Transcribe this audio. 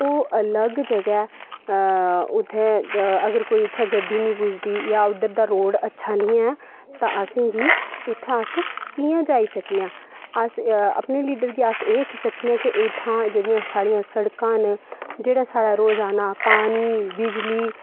ओह् अलग जगह उत्थें अगर उत्थें कोई गड्डी निं पुजदी जां उद्धर दा रोड़ अच्छा निं ऐ ते असेंगी उत्थें अस कि'यां जाई सकने आं अस अपने लीडर गी अस एह् आक्खी सकने आं एह् ठाह्ं साढ़ियां जेह्ड़ियां सड़कां न जेह्ड़ा साढ़ा रोज़ाना पानी बिजली